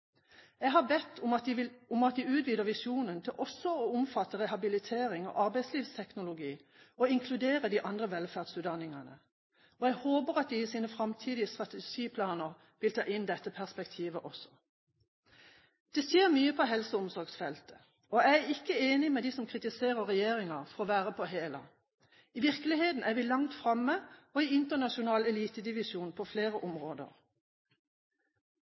Jeg har bedt om at de utvider visjonen til også å omfatte rehabilitering og arbeidslivsteknologi og inkludere de andre velferdsutdanningene, og jeg håper at de i sine framtidige strategiplaner vil ta inn dette perspektivet også. Det skjer mye på helse- og omsorgsfeltet, og jeg er ikke enig med dem som kritiserer regjeringen for å være «på hæla». I virkeligheten er vi langt framme og i internasjonal elitedivisjon på flere områder.